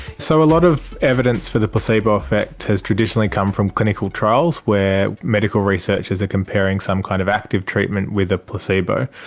so a lot of evidence for the placebo effect has traditionally come from clinical trials where medical researchers are comparing some kind of active treatment with a placebo.